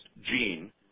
gene